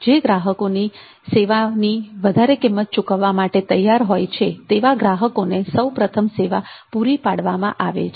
જે ગ્રાહકો સેવાની વધારે કિંમત ચૂકવવા માટે તૈયાર હોય છે તેવા ગ્રાહકોને સૌપ્રથમ સેવા પૂરી પાડવામાં આવે છે